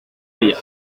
ella